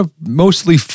mostly